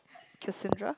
Cassandra